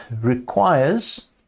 requires